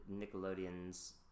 nickelodeon's